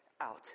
out